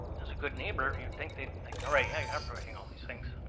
as a good neighbor, you think they'd, like, alright, yeah, you have provided all these things.